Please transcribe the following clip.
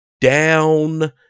Down